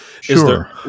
Sure